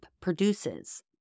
produces